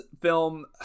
film